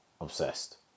obsessed